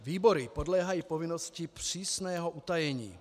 Výbory podléhají povinnosti přísného utajení.